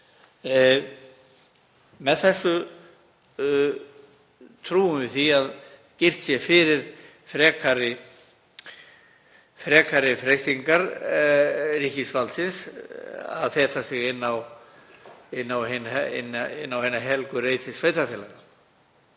Með þessu trúum við því að girt sé fyrir frekari freistingar ríkisvaldsins til að feta sig inn á hina helgu reiti sveitarfélaganna.